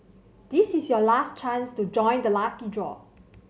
this is your last chance to join the lucky draw